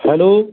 hello